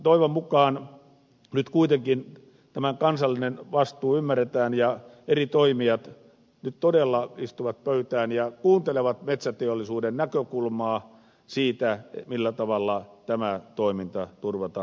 toivon mukaan nyt kuitenkin tämä kansallinen vastuu ymmärretään ja eri toimijat nyt todella istuvat pöytään ja kuuntelevat metsäteollisuuden näkökulmaa siitä millä tavalla tämä toiminta turvataan maassamme